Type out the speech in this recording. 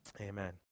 Amen